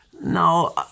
No